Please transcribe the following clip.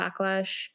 backlash